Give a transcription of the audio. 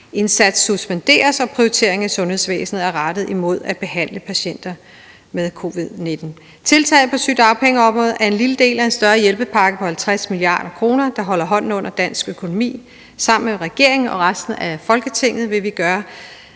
indsats suspenderes og prioriteringen i sundhedsvæsenet er rettet imod at behandle patienter med covid-19. Tiltaget på sygedagpengeområdet er en lille del af en større hjælpepakke på 50 mia. kr., der holder hånden under dansk økonomi. Sammen med regeringen og resten af Folketinget vil vi gøre,